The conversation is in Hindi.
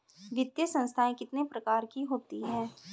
वित्तीय संस्थाएं कितने प्रकार की होती हैं?